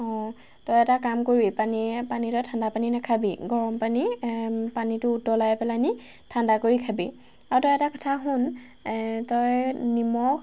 অঁ তই এটা কাম কৰি পানী পানী তই ঠাণ্ডা পানী নেখাবি গৰম পানী পানীটো উতলাই পেলানি ঠাণ্ডা কৰি খাবি আৰু তই এটা কথা শুন তই নিমখ